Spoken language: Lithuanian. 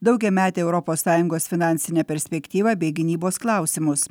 daugiametę europos sąjungos finansinę perspektyvą bei gynybos klausimus